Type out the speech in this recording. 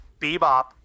bebop